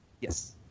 Yes